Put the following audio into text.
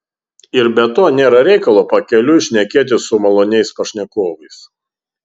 ir be to nėra reikalo pakeliui šnekėtis su maloniais pašnekovais